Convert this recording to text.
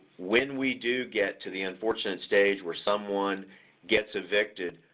when we do get to the unfortunate stage where someone gets evicted,